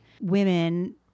women